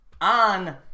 on